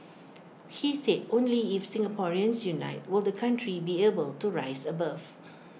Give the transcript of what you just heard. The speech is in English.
he said only if Singaporeans unite will the country be able to rise above